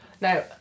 now